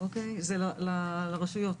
זה לרשויות,